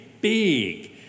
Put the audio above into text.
big